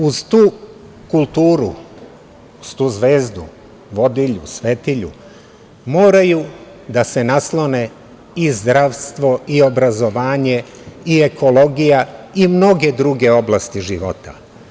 Uz tu kulturu, uz tu zvezdu vodilju, svetilju, moraju da se naslone i zdravstvo i obrazovanje i ekologija i mnoge druge oblasti života.